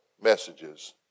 messages